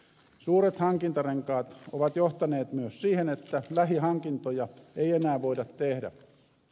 suuret hankintarenkaat ovat johtaneet myös siihen että lähihankintoja ei enää voida tehdä